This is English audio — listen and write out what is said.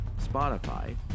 Spotify